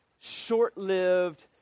short-lived